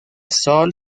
sol